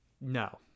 No